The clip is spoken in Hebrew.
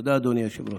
תודה, אדוני היושב-ראש.